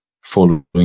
following